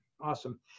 Awesome